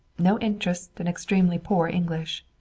no interest and extremely poor english.